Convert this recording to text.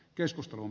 keskustelun